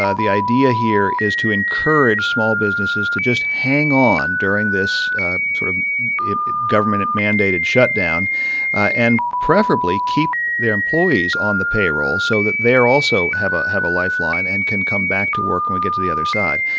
ah the idea here is to encourage small businesses to just hang on during this sort of government-mandated shutdown and preferably keep their employees on the payroll so that they're also have ah have a lifeline and can come back to work when we get to the other side.